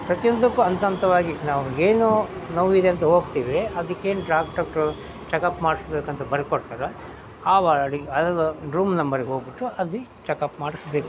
ಪ್ರತಿಯೊಂದಕ್ಕೂ ಅಂತ ಅಂತವಾಗಿ ನಾವು ಏನು ನೋವಿದೆ ಅಂತ ಹೋಗ್ತೀವಿ ಅದಕ್ಕೇನು ಡಾಕ್ಟ್ರ ತ್ರೊ ಚೆಕಪ್ ಮಾಡ್ಸ್ಬೇಕು ಅಂತ ಬರ್ಕೊಡ್ತಾರೊ ಆ ವಾರ್ಡಿಗೆ ರೂಮ್ ನಂಬರ್ಗೆ ಹೋಗಿಬಿಟ್ಟು ಅಲ್ಲಿ ಚೆಕಪ್ ಮಾಡಿಸ್ಬೇಕು